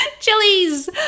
Chilies